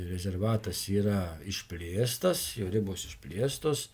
rezervatas yra išplėstas jo ribos išplėstos